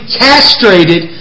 castrated